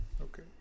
Okay